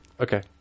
Okay